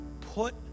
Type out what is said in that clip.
put